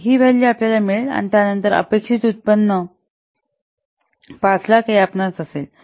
तर ही व्हॅल्यू आपल्याला मिळेल आणि त्यानंतर अपेक्षित उत्पन्न 500000 या आसपास असेल